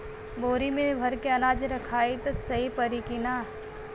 बोरी में भर के अनाज रखायी त सही परी की ना?